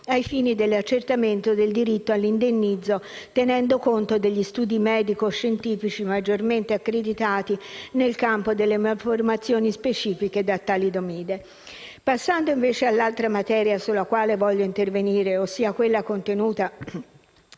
ai fini dell'accertamento del diritto all'indennizzo tenendo conto degli studi medico-scientifici maggiormente accreditati nel campo delle malformazioni specifiche da talidomide. Passando all'altra materia sulla quale voglio intervenire, ossia quella contenuta